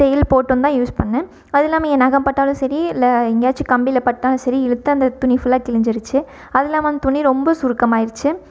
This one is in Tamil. தையல் போட்டு வந்து தான் யூஸ் பண்ணேன் அதுல்லாமல் என் நகம் பட்டாலும் சரி இல்லை எங்கேயாச்சும் கம்பியில் பட்டாலும் சரி இழுத்து அந்த துணி ஃபுல்லாக கிழிஞ்சிருச்சு அதுல்லாமல் அந்த துணி ரொம்ப சுருக்கமாகிருச்சி